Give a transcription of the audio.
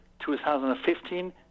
2015